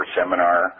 seminar